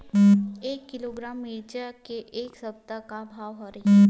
एक किलोग्राम मिरचा के ए सप्ता का भाव रहि?